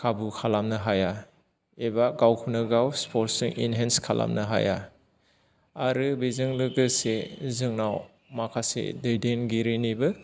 खाबु खालामनो हाया एबा गावखौनो गाव स्पर्ट्स इनहेन्स खालामनो हाया आरो बेजों लोगोसे जोंनाव माकासे दैदेनगिरिनिबो